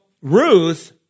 Ruth